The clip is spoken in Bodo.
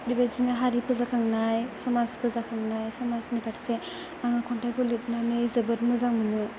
बेबायदिनो हारि फोजाखांनाय समाज फोजाखांनाय समाजनि फार्से आंहा खन्थाइखौ लिरनानै जोबोर मोजां मोनो